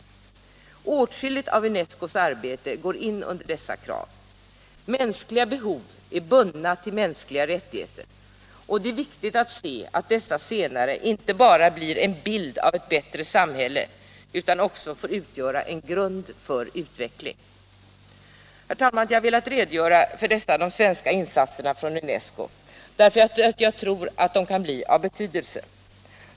Åtskilligt av UNESCO:s arbete går in under dessa krav. Mänskliga behov är bundna till mänskliga rättigheter, och det är viktigt att se dessa senare inte bara som en bild av ett bättre samhälle utan också som en grund för utveckling. Herr talman! Jag har velat redogöra för dessa svenska insatser i UNES CO därför att jag tror att de kan bli av betydelse.